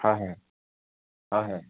হয় হয় হয় হয়